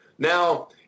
Now